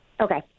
Okay